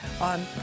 on